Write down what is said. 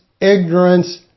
ignorance